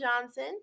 Johnson